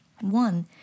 One